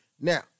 Now